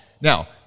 now